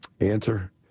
Answer